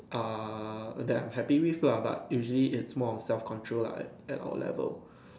are that I'm happy with lah but usually it's more of self control lah at our level